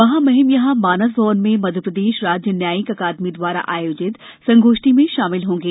महामहिम यहां मानस भवन में मध्यप्रदेश राज्य न्यायीक अकादमी द्वारा आयोजित संगोष्ठी में शामिल होंगे